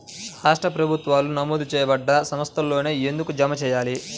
రాష్ట్ర ప్రభుత్వాలు నమోదు చేయబడ్డ సంస్థలలోనే ఎందుకు జమ చెయ్యాలి?